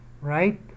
right